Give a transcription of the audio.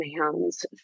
hands